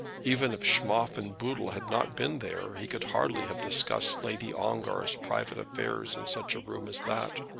even if schmoff and boodle had not been there, he could hardly have discussed lady ongar's private affairs in such a room as that.